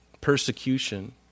persecution